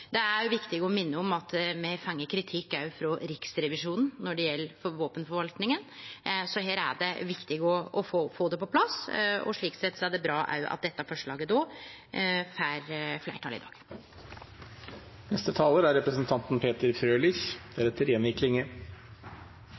Det er viktig å minne om at me har fått kritikk frå Riksrevisjonen når det gjeld våpenforvaltninga, så her er det viktig å få det på plass. Òg slik sett er det bra at dette forslaget får fleirtal i dag. Opposisjonspartiene i Stortinget har metoder som etter